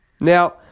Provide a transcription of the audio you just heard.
Now